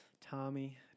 Tommy